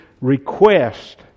request